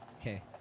Okay